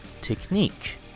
Technique